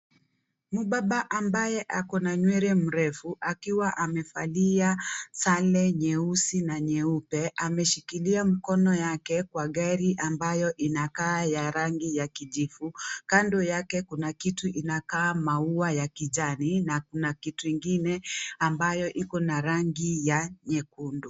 Mubaba ambaye ako na nywele mrefu akiwa amevalia sare nyeusi na nyeupe ameshikilia mkono yake kwa gari ambayo inakaa ya rangi ya kijivu, kando yake, kuna kitu inakaa maua ya kijani na kuna kitu ingine ambayo Iko na rangi ya nyekundu.